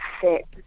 fit